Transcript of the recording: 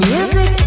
Music